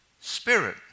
Spirit